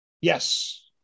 Yes